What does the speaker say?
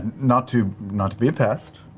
not to not to be a pest,